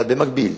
אבל במקביל,